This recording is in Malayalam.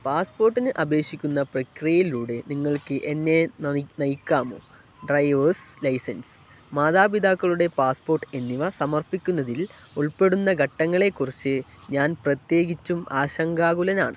പാസ്പോര്ട്ടിന് അപേക്ഷിക്കുന്ന പ്രക്രിയയിലൂടെ നിങ്ങൾക്ക് എന്നെ നയിക്കാമോ ഡ്രൈവേഴ്സ് ലൈസൻസ് മാതാപിതാക്കളുടെ പാസ്പോര്ട്ട് എന്നിവ സമർപ്പിക്കുന്നതിൽ ഉൾപ്പെടുന്ന ഘട്ടങ്ങളെക്കുറിച്ച് ഞാൻ പ്രത്യേകിച്ചും ആശങ്കാകുലനാണ്